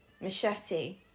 machete